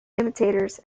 imitators